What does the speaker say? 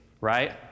right